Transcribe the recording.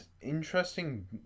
interesting